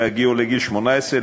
בהגיעו לגיל 18,